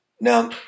Now